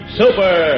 super